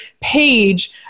page